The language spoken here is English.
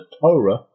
Torah